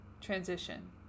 transition